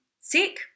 sick